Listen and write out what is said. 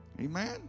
Amen